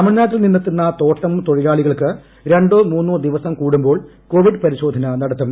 തമിഴ്നാട്ടിൽ നിന്നെത്തുന്ന തോട്ടം തൊഴിലാളികൾക്ക് രണ്ടോ മൂന്നോ ദിവസം കൂടുമ്പോൾ കോവിഡ് പരിശോധന നടത്തും